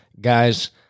Guys